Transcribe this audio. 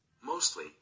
Mostly